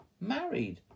married